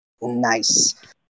Nice